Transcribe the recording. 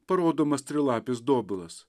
parodomas trilapis dobilas